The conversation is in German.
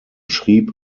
schrieb